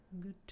Good